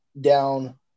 down –